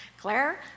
Claire